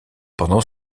pendant